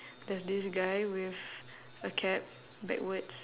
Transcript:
there's this guy with a cap backwards